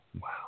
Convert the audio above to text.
Wow